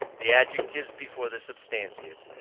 the adjectives before the substantives,